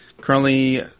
currently